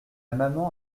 maman